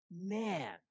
man